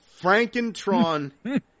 Frankentron